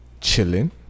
chilling